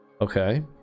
Okay